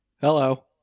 Hello